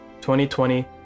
2020